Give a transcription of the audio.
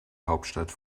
hauptstadt